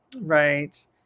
Right